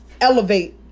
elevate